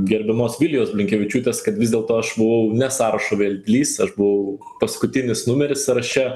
gerbiamos vilijos blinkevičiūtės kad vis dėlto aš buvau ne sąrašo vedlys aš buvau paskutinis numeris sąraše